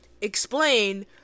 explain